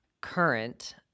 current